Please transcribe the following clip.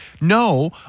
No